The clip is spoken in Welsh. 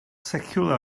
seciwlar